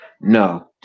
no